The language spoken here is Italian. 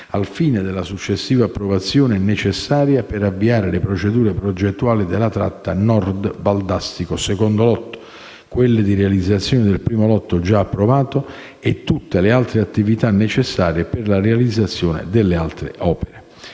al fine della successiva approvazione necessaria per avviare le procedure progettuali della tratta Valdastico Nord secondo lotto, quelle di realizzazione del 1° lotto già approvato e tutte le altre attività necessarie per la realizzazione delle altre opere.